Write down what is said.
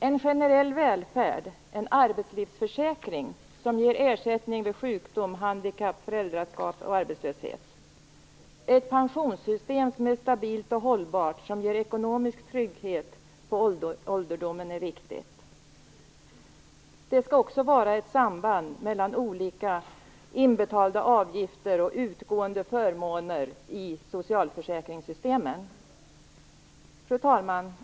En generell välfärd, en arbetslivsförsäkring, som ger ersättning vid sjukdom, handikapp, föräldraskap och arbetslöshet. Ett pensionssystem som är stabilt och hållbart, som ger ekonomisk trygghet på ålderdomen är viktigt. Det skall också vara ett samband mellan olika inbetalda avgifter och utgående förmåner i socialförsäkringssystemen. Fru talman!